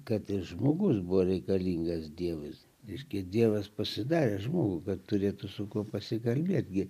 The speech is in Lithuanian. kad ir žmogus buvo reikalingas dievas reiškia dievas pasidarė žmogų kad turėtų su kuo pasikalbėt gi